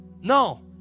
no